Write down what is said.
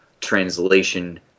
translation